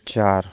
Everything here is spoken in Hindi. चार